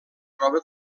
troba